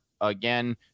Again